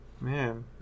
Man